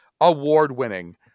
award-winning